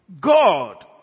God